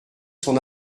son